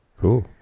Cool